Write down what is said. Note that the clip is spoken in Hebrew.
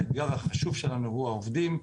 האתגר החשוב שלנו הוא העובדים.